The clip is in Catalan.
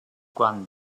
quan